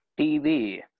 TV